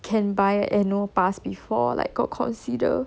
can buy annual pass before like got consider